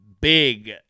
big